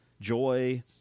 joy